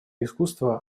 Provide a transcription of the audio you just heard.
искусство